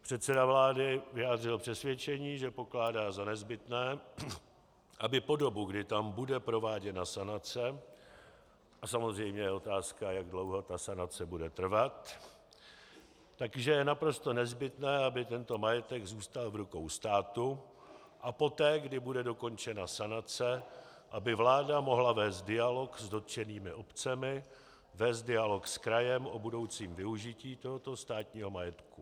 Předseda vlády vyjádřil přesvědčení, že pokládá za nezbytné, aby po dobu, kdy tam bude prováděna sanace, a samozřejmě je otázka, jak dlouho sanace bude trvat, tak je naprosto nezbytné, aby tento majetek zůstal v rukou státu a poté, kdy bude dokončena sanace, aby vláda mohla vést dialog s dotčenými obcemi, vést dialog s krajem o budoucím využití tohoto státního majetku.